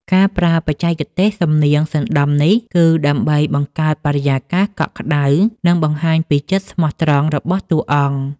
ការប្រើបច្ចេកទេសសំនៀងសណ្តំនេះ គឺដើម្បីបង្កើតបរិយាកាសកក់ក្តៅ និងបង្ហាញពីចិត្តស្មោះត្រង់របស់តួអង្គ។